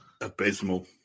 abysmal